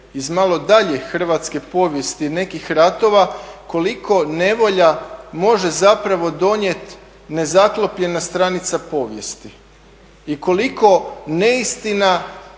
iz malo dalje Hrvatske povijesti nekih ratova koliko nevolja može zapravo donijeti nezaklopljena stranica povijesti i koliko neistina